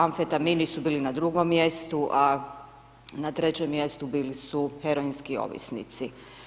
Amfetamini su bili na drugom mjestu, a na trećem mjestu bili su heroinski ovisnici.